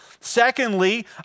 Secondly